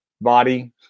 body